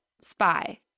spy